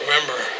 Remember